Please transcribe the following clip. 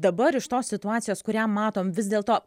dabar iš tos situacijos kurią matom vis dėlto